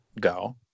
go